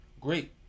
great